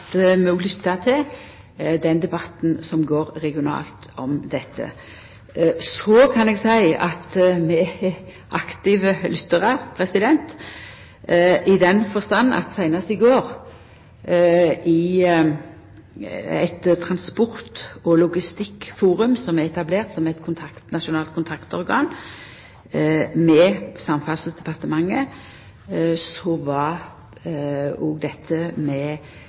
til den debatten som går regionalt om dette. Så kan eg seia at vi er aktive lyttarar i den forstand at seinast i går, i eit transport- og logistikkforum som er etablert som eit nasjonalt kontaktorgan med Samferdselsdepartementet, var òg dette med